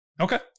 Okay